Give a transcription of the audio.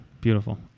Beautiful